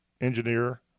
engineer